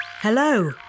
Hello